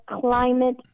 climate